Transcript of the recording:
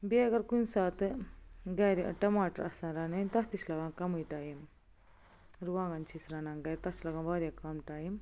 بیٚیہ اگر کُنہِ ساتہٕ گھرِ ٹماٹرآسن رنٕنۍ تتھ تہِ چھِ لگان کمٕے ٹایم رُووانٛگن چھِ أسۍ رنان گھرِ تتھ چھِ لگان واریاہ کم ٹایم